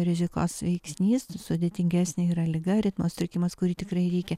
rizikos veiksnys sudėtingesnė yra liga ritmo sutrikimas kurį tikrai reikia